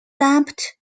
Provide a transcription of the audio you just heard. dumped